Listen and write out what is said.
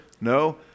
No